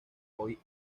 hoy